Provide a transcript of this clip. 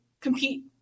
compete